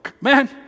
Man